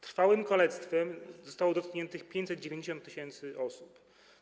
Trwałym kalectwem zostało dotkniętych 590 tys. osób.